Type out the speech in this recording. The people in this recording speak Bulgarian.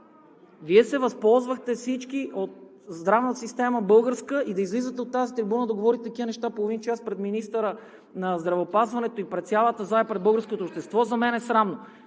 се възползвахте от българската здравна система и да излизате от тази трибуна да говорите такива неща половин час пред министъра на здравеопазването, пред цялата зала и пред българското общество за мен е срамно.